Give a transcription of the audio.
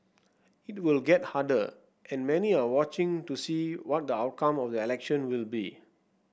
it will get harder and many are watching to see what the outcome of the election will be